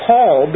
Paul